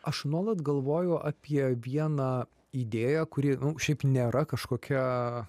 aš nuolat galvoju apie vieną idėją kuri šiaip nėra kažkokia